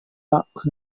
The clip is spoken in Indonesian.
pak